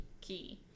key